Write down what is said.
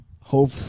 hope